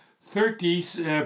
thirties